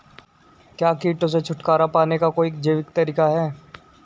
क्या कीटों से छुटकारा पाने का कोई जैविक तरीका है?